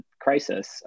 crisis